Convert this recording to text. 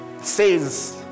Says